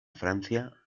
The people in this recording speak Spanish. francia